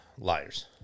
liars